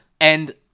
And-